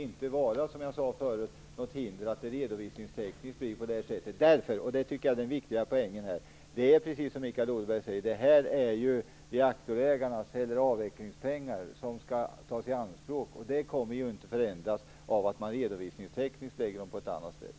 Det får inte vara något hinder att det redovisningstekniskt blir på det här sättet, som jag sade förut, därför - och det är den viktiga poängen här - det är precis som Mikael Odenberg säger att detta är reaktorägarnas pengar. Det är avvecklingspengar som skall tas i anspråk. Det kommer inte att förändras av att man redovisningstekniskt lägger dem på ett annat sätt.